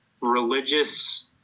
religious